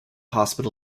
hospital